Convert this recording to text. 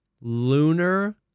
Lunar